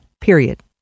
period